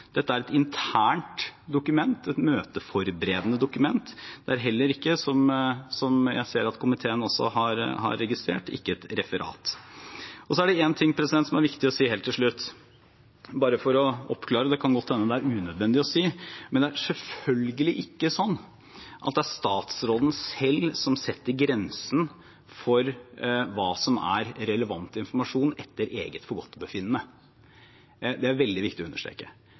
Dette er et internt dokument, et møteforberedende dokument. Det er heller ikke, som jeg ser at komiteen også har registrert, et referat. Så er det én ting som er viktig å si helt til slutt, bare for å oppklare det – og det kan godt hende det er unødvendig å si det: Det er selvfølgelig ikke slik at det er statsråden selv som etter eget forgodtbefinnende setter grensen for hva som er relevant informasjon. Det er det veldig viktig å understreke.